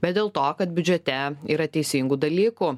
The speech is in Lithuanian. bet dėl to kad biudžete yra teisingų dalykų